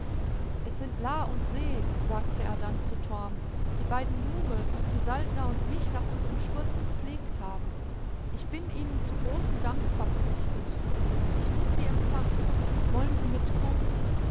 es sind la und se sagte er dann zu torm die beiden nume die saltner und mich nach unserm sturz gepflegt haben ich bin ihnen zu großem dank verpflichtet ich muß sie empfangen wollen sie mitkommen